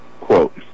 quote